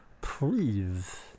Please